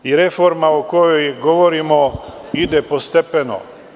Reforma o kojoj govorimo ide postepeno.